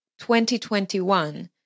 2021